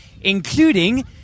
including